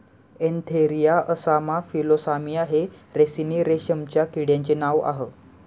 Antheraea assama Philosamia हे ricini रेशीमच्या किड्यांचे नाव आह